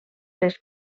les